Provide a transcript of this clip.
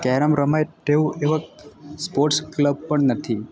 carrom રમાય તેવો એવો સ્પોર્ટ્સ ક્લબ પણ નથી